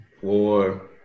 four